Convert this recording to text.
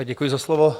Děkuji za slovo.